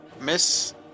Miss